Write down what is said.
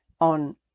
on